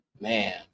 Man